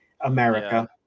America